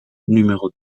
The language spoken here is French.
numéro